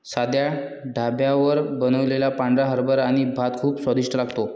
साध्या ढाब्यावर बनवलेला पांढरा हरभरा आणि भात खूप स्वादिष्ट लागतो